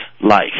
life